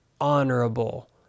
honorable